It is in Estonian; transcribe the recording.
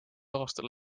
aastal